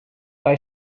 bei